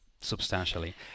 substantially